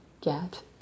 get